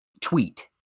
Tweet